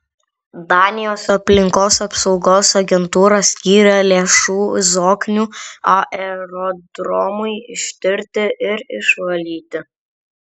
danijos aplinkos apsaugos agentūra skyrė lėšų zoknių aerodromui ištirti ir išvalyti